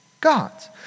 God's